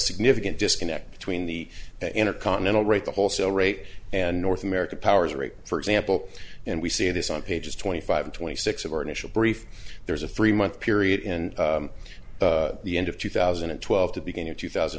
significant disconnect between the intercontinental rate the wholesale rate and north america power's rate for example and we see this on pages twenty five twenty six of our initial brief there's a three month period in the end of two thousand and twelve to begin year two thousand